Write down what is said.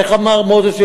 איך אמר חבר הכנסת מוזס,